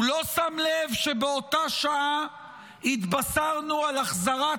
הוא לא שם לב שבאותה שעה התבשרנו על החזרת